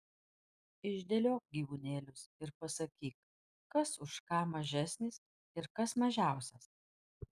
išdėliok gyvūnėlius ir pasakyk kas už ką mažesnis ir kas mažiausias